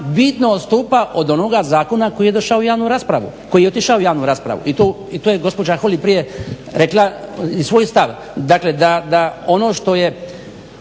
došao u javnu raspravu, koji je otišao u javnu raspravu, koji je otišao u javnu raspravu i to je gospođa Holy prije rekla i svoj stav. Dakle, da ono što je